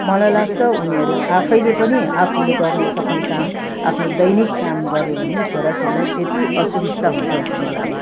मलाई लाग्छ उनीहरू आफैले पनि आफुले गर्न सक्ने काम आफनो दैनिक काम गऱ्यो भने छोराछोरीलाई त्यति असुबिस्ता हुन्छ जस्तो लाग्दैन